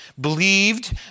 believed